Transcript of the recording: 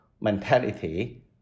mentality